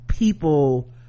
people